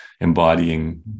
embodying